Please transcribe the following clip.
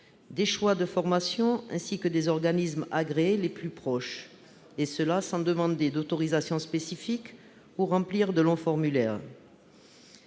de notre choix, ainsi que des organismes agréés les plus proches, et ce sans demander d'autorisation spécifique ou remplir de longs formulaires.